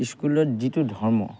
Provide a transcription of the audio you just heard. স্কুলত যিটো ধৰ্ম